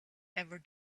ever